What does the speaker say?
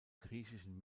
griechischen